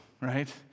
right